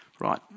Right